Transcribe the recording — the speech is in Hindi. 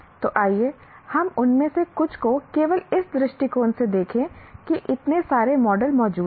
तो आइए हम उनमें से कुछ को केवल इस दृष्टिकोण से देखें कि इतने सारे मॉडल मौजूद हैं